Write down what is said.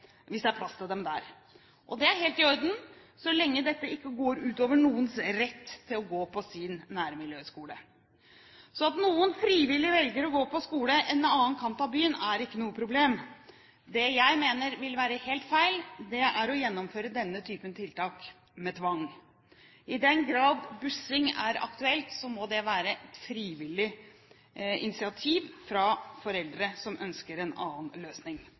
er plass til dem der. Det er helt i orden så lenge dette ikke går ut over noens rett til å gå på sin nærmiljøskole. Så at noen frivillig velger å gå på skole på en annen kant av byen, er ikke noe problem. Det jeg mener vil være helt feil, er å gjennomføre denne typen tiltak med tvang. I den grad bussing er aktuelt, må det være et frivillig initiativ fra foreldre som ønsker en annen løsning.